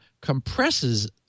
compresses